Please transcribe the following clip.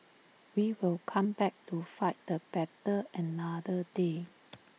we will come back to fight the battle another day